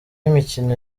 y’imikino